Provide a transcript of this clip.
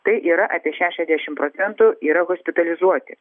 tai yra apie šešiasdešimt procentų yra hospitalizuoti